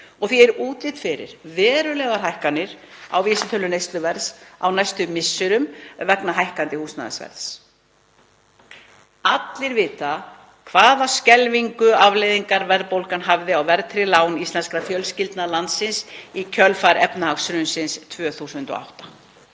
Því er útlit fyrir verulegar hækkanir á vísitölu neysluverðs á næstu misserum vegna hækkandi húsnæðisverðs. Allir vita hvaða skelfilegu afleiðingar verðbólgan hafði á verðtryggð lán íslenskra fjölskyldna landsins í kjölfar efnahagshrunsins 2008.